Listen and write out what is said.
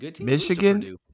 Michigan